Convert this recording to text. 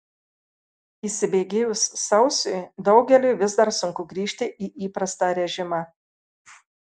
įsibėgėjus sausiui daugeliui vis dar sunku grįžti į įprastą režimą